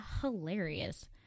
hilarious